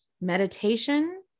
Meditation